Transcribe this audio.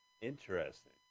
Interesting